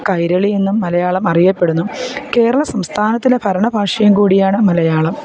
കൈരളി എന്നും മലയാളം അറിയപ്പെടുന്നു കേരളം സംസ്ഥാനത്തിന് ഭരണഭാഷയും കൂടിയാണ് മലയാളം